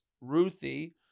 Ruthie